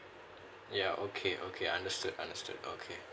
ya okay okay understood understood okay